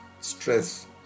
stress